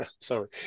sorry